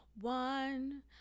one